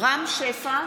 רם שפע,